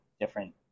different